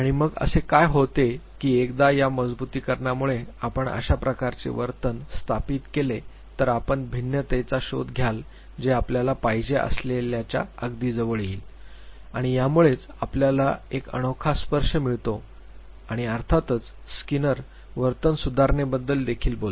आणि मग असे काय होते की एकदा या मजबुतीकरणामुळे आपण अशा प्रकारचे वर्तन स्थापित केले तर आपण भिन्नतेचा शोध घ्याल जे आपल्याला पाहिजे असलेल्याच्या अगदी जवळ येईल आणि यामुळेच आपल्याला एक अनोखा स्पर्श मिळतो आणि अर्थातच स्कीनर वर्तन सुधारणेबद्दल देखील बोलले